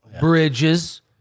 bridges